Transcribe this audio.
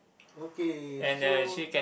okay so